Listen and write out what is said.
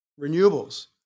renewables